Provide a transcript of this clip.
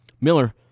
Miller